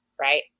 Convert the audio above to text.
Right